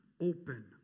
open